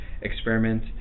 experiment